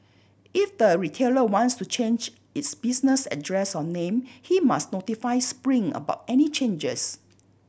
if the retailer wants to change its business address or name he must notify Spring about any changes